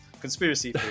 conspiracy